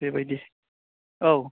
बेबायदि औ